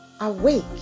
awake